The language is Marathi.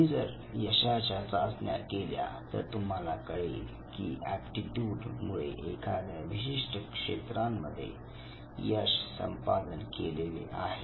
तुम्ही जर यशाच्या चाचण्या केल्या तर तुम्हाला कळेल की एप्टीट्यूड मुळे एखाद्या विशिष्ट क्षेत्रांमध्ये यश संपादन केलेले आहे